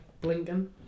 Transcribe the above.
blinking